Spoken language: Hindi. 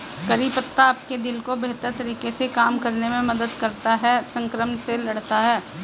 करी पत्ता आपके दिल को बेहतर तरीके से काम करने में मदद करता है, संक्रमण से लड़ता है